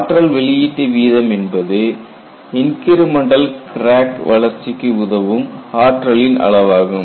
ஆற்றல் வெளியீட்டு வீதம் என்பது இன்கிரிமெண்டல் கிராக் வளர்ச்சிக்கு உதவும் ஆற்றலின் அளவாகும்